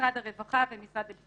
משרד הרווחה והמשרד לביטחון פנים.